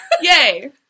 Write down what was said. Yay